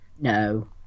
No